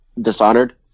Dishonored